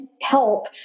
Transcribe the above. help